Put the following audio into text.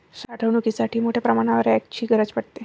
साठवणुकीसाठी मोठ्या प्रमाणावर रॅकची गरज पडते